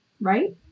right